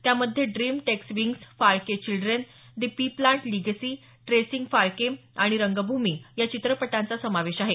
त्यामध्ये dream takes wings Phalke children the pea plant legacy tracing Phalke आणि रंगभूमी या चित्रपटांचा समावेश आहे